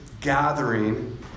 gathering